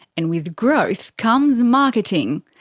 and with growth comes marketing.